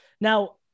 Now